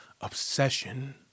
obsession